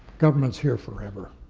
government's here forever.